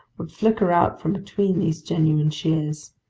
would flicker out from between these genuine shears.